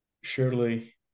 surely